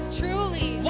truly